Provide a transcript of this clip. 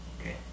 Okay